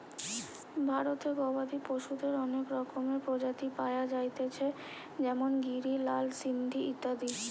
ভারতে গবাদি পশুদের অনেক রকমের প্রজাতি পায়া যাইতেছে যেমন গিরি, লাল সিন্ধি ইত্যাদি